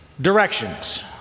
directions